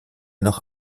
noch